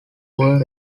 poor